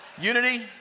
Unity